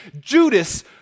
Judas